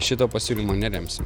šito pasiūlymo neremsim